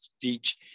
teach